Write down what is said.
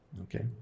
okay